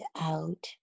out